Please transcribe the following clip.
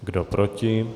Kdo proti?